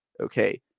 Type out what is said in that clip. Okay